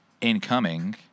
Incoming